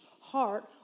heart